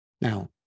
now